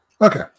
Okay